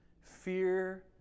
Fear